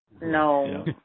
No